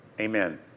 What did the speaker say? amen